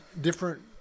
different